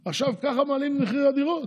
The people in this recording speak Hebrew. עכשיו, ככה מעלים את מחיר הדירות.